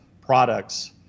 products